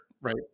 right